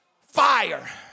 fire